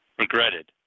regretted